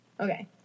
Okay